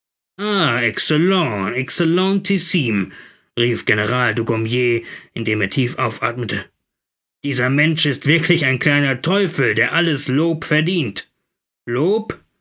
rief general dugommier indem er tief aufathmete dieser mensch ist wirklich ein kleiner teufel der alles lob verdient lob